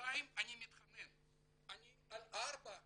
שנתיים אני מתחנן, אני על ארבע מתחנן,